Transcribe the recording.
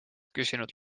küsinud